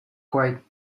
quiet